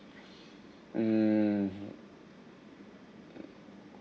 mm